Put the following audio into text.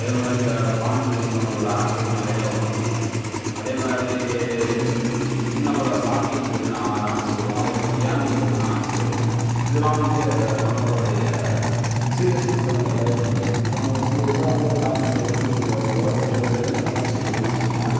அதேமாதிரி இந்த porn video சம்மந்தப்பட்ட ஆட்ஸ் வந்து நிறைய வரும் அதேமாதிரி இன்னும் அப்புறோம் ஷாப்பிங் பற்றின ஆட்ஸ் வரும் அதேமாதிரி கேமிங் பற்றின ஆட்ஸ் வரும் இதெல்லாம் வந்து நம்மளுடைய சீரியஸ்னஸ் வந்து டைவர்ட் பண்ணிடும் இப்போ நம்ம ஒரு சீரியஸாக வந்து ஒரு டாபிக் விக்கிப்பீடியலையோ இல்லை கூகுள்ளையோ இப்போ நம்ம படிச்சுட்டு இருக்கோம்னு வச்சுகோங்களேன்